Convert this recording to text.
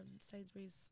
sainsbury's